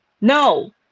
No